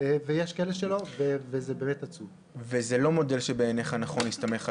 וזה לא מודל שבעיניך נכון להסתמך עליו?